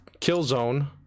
Killzone